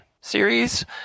series